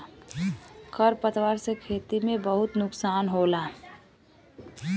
खर पतवार से खेती में बहुत नुकसान होला